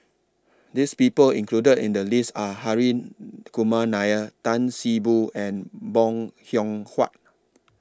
This People included in The list Are Harry Kumar Nair Tan See Boo and Bong Hiong Hwa